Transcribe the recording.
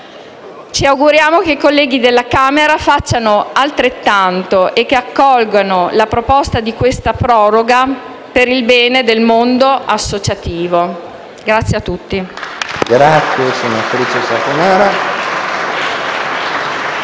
Ci auguriamo che i colleghi della Camera facciano altrettanto e che accolgano la proposta di questa proroga per il bene del mondo associativo. *(Applausi dai Gruppi* *L-SP